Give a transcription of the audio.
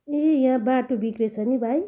ए यहाँ बाटो बिग्रेछ नि है भाइ